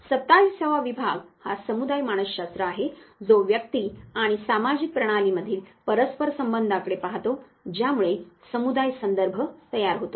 27 वा विभाग हा समुदाय मानसशास्त्र आहे जो व्यक्ती आणि सामाजिक प्रणालींमधील परस्पर संबंधांकडे पाहतो ज्यामुळे समुदाय संदर्भ तयार होतो